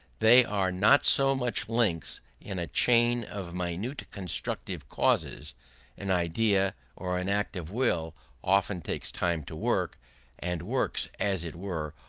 they are not so much links in a chain of minute consecutive causes an idea or an act of will often takes time to work and works, as it were,